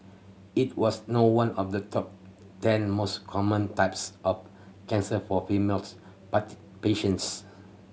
it was not one of the top ten most common types of cancer for females patients